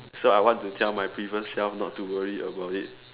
so I want to tell my previous self not to worry about it